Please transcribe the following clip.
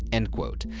end quote.